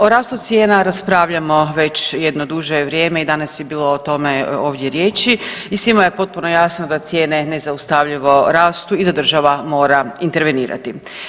O rastu cijena raspravljamo već jedno duže vrijeme i danas je bilo o tome ovdje riječi i svima je potpuno jasno da cijene nezaustavljivo rastu i da država mora intervenirati.